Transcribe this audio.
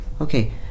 Okay